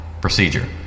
Procedure